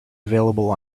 available